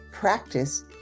practice